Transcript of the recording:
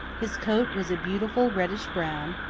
his coat was a beautiful reddish-brown,